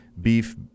beef